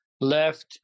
left